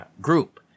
group